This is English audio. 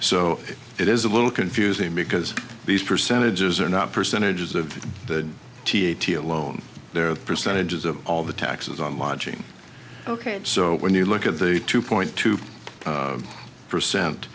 so it is a little confusing because these percentages are not percentages of the t t alone there are percentages of all the taxes on lodging ok so when you look at the two point two percent